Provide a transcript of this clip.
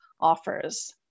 offers